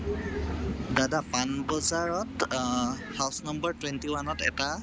দাদা পাণবজাৰত house number twenty ওৱানত এটা